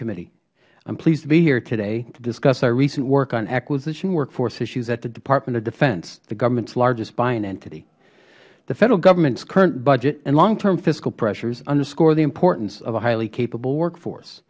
subcommittee i am pleased to be here today to discuss our recent work on acquisition workforce issues at the department of defense the governments largest buying entity the federal governments current budget and long term fiscal pressures underscore the importance of a highly capable workforce